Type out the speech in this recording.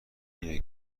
اینه